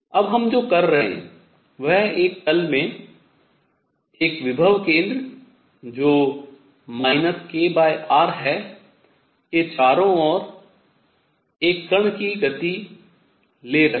अब हम जो कर रहे हैं वह एक तल में एक विभव केंद्र जो kr है के चारों ओर एक कण की गति ले रहे है